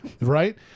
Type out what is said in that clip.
Right